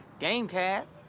GameCast